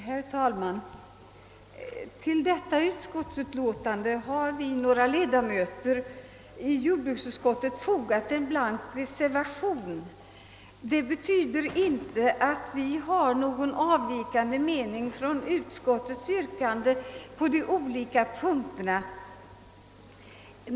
Herr talman! Till föreliggande utskottsutlåtande har några kammarledamöter och jag fogat en med 3) betecknad blank reservation. Detta betyder emellertid inte att vi haft någon från utskottet avvikande mening i de olika punkterna.